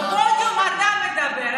בפודיום אתה מדבר,